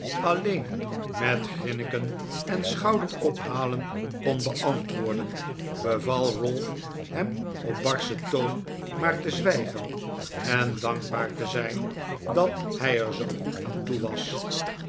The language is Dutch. alleen met grinniken en schouderophalen kon beantwoorden beval ralph hem op barschen toon maar te zwijgen en dankbaar te zijn dat hij er zoo goed aan toe was